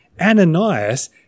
Ananias